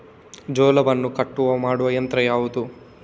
ಜೋಳವನ್ನು ಕಟಾವು ಮಾಡುವ ಯಂತ್ರ ಯಾವುದು?